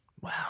Wow